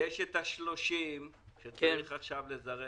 יש את ה-30 מיליון שקל שצריך עכשיו לזרז,